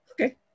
Okay